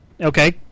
Okay